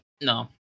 No